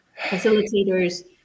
facilitators